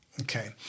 Okay